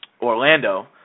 Orlando